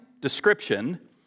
description